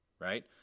right